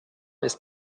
ist